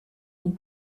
ont